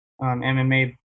MMA